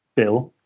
bill,